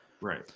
Right